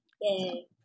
Yay